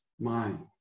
mind